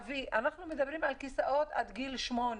אנחנו מדברים על כיסאות עד גיל שמונה.